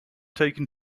taken